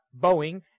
Boeing